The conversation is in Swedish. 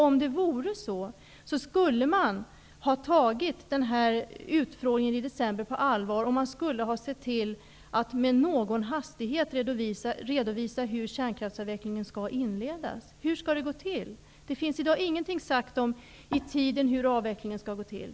Om det vore så, skulle man ha tagit utfrågningen i december på allvar och sett till att med någon hastighet redovisa hur kärnkraftsavvecklingen skall inledas. Hur skall det gå till? Det finns ingenting sagt om hur i tiden avvecklingen skall gå till.